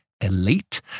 elite